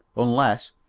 unless,